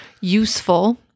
useful